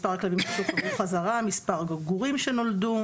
מספר הכלבים ששוחררו חזרה, מספר הגורים שנולדו